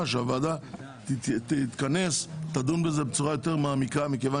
כדי שהוועדה תתכנס ותדון בזה בצורה יותר מעמיקה מכיוון